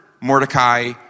Mordecai